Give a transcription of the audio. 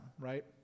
right